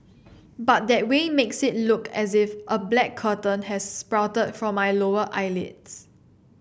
but that way makes it look as if a black curtain has sprouted from my lower eyelids